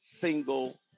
single